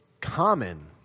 common